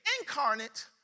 incarnate